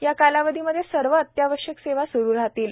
या कालावधीमध्ये सर्व अत्यावश्यक सेवा स्रू राहतील